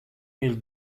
mille